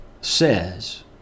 says